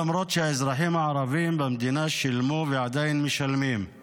למרות שהאזרחים הערבים במדינה שילמו מחירים